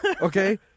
Okay